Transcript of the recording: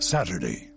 Saturday